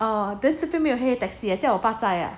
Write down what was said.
orh 这边没有嘿嘿 taxi 叫我爸载啊